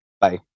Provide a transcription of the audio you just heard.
Bye